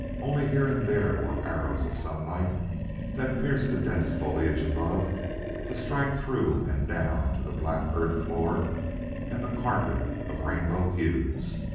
only here and there were arrows of sunlight that pierced the dense foliage above to strike through and down to the black earth floor and the carpet of rainbow hues.